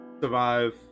survive